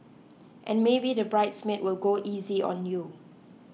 and maybe the bridesmaid will go easy on you